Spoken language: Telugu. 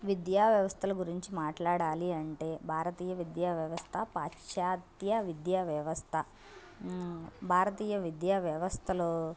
విద్యా వ్యవస్థల గురించి మాట్లాడాలి అంటే భారతీయ విద్యా వ్యవస్థ పాశ్చాత్య విద్యా వ్యవస్థ భారతీయ విద్యా వ్యవస్థలో